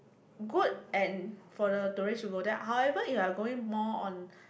good and for the tourist to go there however you are going more on